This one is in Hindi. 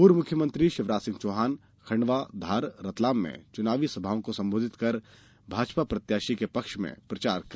पूर्व मुख्यमंत्री शिवराज सिंह चौहान खंडवा धार रतलाम में चुनावी सभाओं को संबोधित कर भाजपा प्रत्याशियों के पक्ष में प्रचार किया